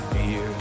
fear